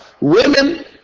women